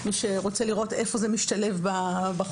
מי שרוצה לראות איפה זה משתלב בחוק,